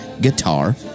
guitar